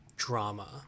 Drama